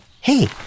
Hey